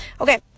Okay